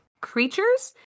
creatures